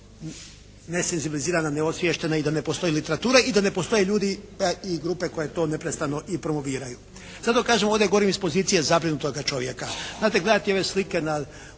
nesenzibilizirana, neosviještena i da ne postoji literatura i da ne postoje ljudi i grupe koji to neprestano i promoviraju. Zato kažem, ovdje govorim iz pozicije zabrinutoga čovjeka. Znate, gledati ove slike u